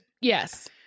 Yes